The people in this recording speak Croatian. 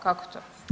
Kako to?